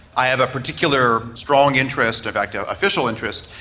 i have a particular strong interest, in fact an official interest,